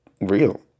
real